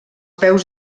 peus